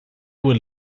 were